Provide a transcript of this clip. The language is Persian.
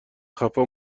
خفا